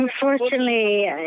Unfortunately